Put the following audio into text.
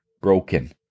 broken